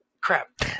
crap